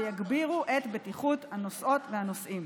ויגבירו את בטיחות הנוסעות והנוסעים.